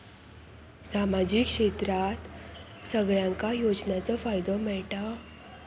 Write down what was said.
सामाजिक क्षेत्रात सगल्यांका योजनाचो फायदो मेलता?